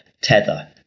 tether